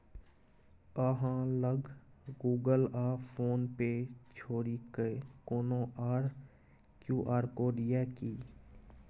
अहाँ लग गुगल आ फोन पे छोड़िकए कोनो आर क्यू.आर कोड यै कि?